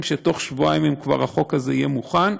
שבתוך שבועיים החוק הזה כבר יהיה מוכן.